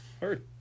Heard